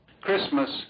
Christmas